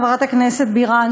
חברת הכנסת בירן,